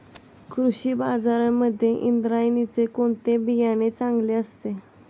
कृषी बाजारांमध्ये इंद्रायणीचे कोणते बियाणे चांगले असते?